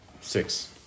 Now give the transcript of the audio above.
Six